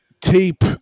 tape